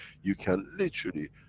you can, literally,